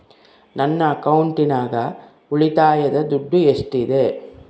ನನ್ನ ಅಕೌಂಟಿನಾಗ ಉಳಿತಾಯದ ದುಡ್ಡು ಎಷ್ಟಿದೆ?